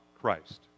Christ